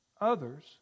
others